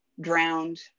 drowned